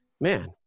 man